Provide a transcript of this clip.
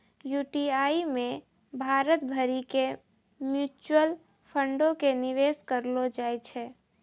UTI मे भारत भरि के म्यूचुअल फंडो के निवेश करलो जाय छै